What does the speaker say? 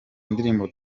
indirimbo